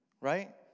Right